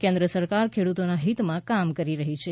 કેન્દ્ર સરકાર ખેડૂતોના હિતમાં કામ કરી રહી છે